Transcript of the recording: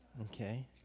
Okay